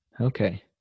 Okay